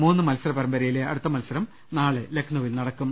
മൂന്ന് മത്സര പരമ്പരയിലെ അടുത്ത മത്സരം നാളെ ലക്നൌവിൽ നടക്കും